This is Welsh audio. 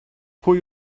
pwy